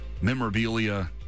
memorabilia